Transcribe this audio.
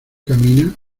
camina